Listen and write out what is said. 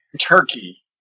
Turkey